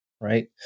right